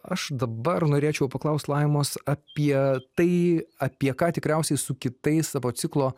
aš dabar norėčiau paklaust laimos apie tai apie ką tikriausiai su kitais savo ciklo